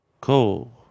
cool